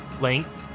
length